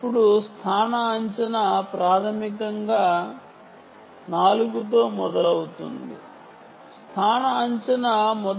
ఇప్పుడు స్థాన అంచనా ప్రాథమికంగా నోడ్ 4 స్థాన అంచనా తో మొదలవుతుంది